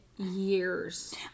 Years